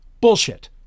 bullshit